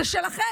זה שלכם.